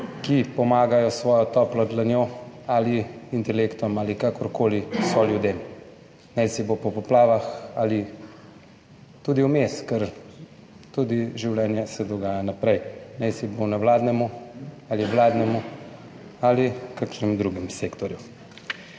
ki pomagajo s svojo toplo dlanjo ali intelektom ali kakorkoli soljudem, naj si bo po poplavah ali tudi vmes, ker tudi življenje se dogaja naprej, naj si bo nevladnemu ali vladnemu ali kakšnem drugem sektorju.